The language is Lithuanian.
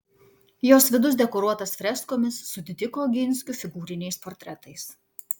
jos vidus dekoruotas freskomis su didikų oginskių figūriniais portretais